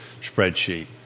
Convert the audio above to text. spreadsheet